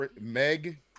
Meg